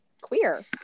queer